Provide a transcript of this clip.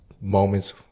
moments